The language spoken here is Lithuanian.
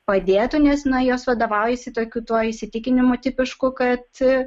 padėtų nes na jos vadovaujuosi tokiu tuo įsitikinimu tipišku kad